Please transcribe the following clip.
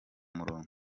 murongo